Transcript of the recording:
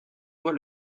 doit